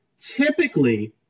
typically